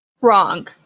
Wrong